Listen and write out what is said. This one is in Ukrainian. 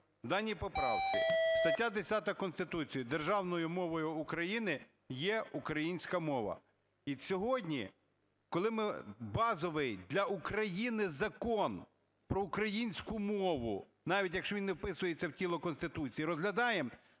даній поправці, стаття 10 Конституції: "Державною мовою в Україні є українська мова". І сьогодні, коли ми базовий для України Закон про українську мову, навіть якщо він не вписується в тіло Конституції, розглядаємо,